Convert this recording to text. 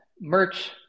Merch